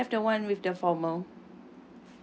mm I have the one with the formal